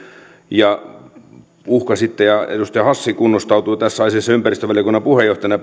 ja uhkasitte ja pelottelitte ihmisiä edustaja hassi kunnostautui tässä asiassa ympäristövaliokunnan puheenjohtajana